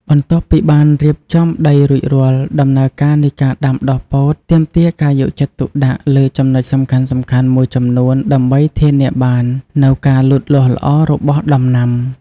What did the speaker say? បន្ទាប់ពីបានរៀបចំដីរួចរាល់ ដំណើរការនៃការដាំដុះពោតទាមទារការយកចិត្តទុកដាក់លើចំណុចសំខាន់ៗមួយចំនួនដើម្បីធានាបាននូវការលូតលាស់ល្អរបស់ដំណាំ។